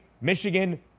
Michigan